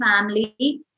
family